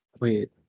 wait